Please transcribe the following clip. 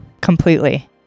Completely